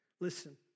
Listen